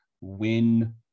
win